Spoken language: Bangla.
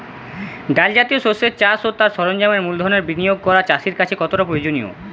ডাল জাতীয় শস্যের চাষ ও তার সরঞ্জামের মূলধনের বিনিয়োগ করা চাষীর কাছে কতটা প্রয়োজনীয়?